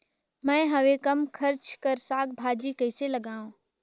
मैं हवे कम खर्च कर साग भाजी कइसे लगाव?